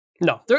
No